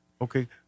Okay